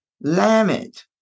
Lament